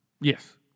Yes